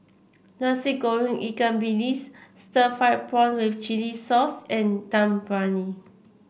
Nasi Goreng Ikan Bilis Stir Fried Prawn with Chili Sauce and Dum Briyani